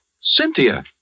Cynthia